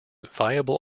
viable